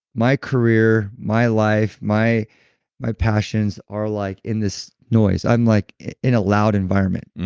my career, my life, my my passions are like in this noise. i'm like in a loud environment.